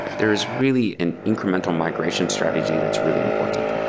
there is really an incremental migration strategy that's really important.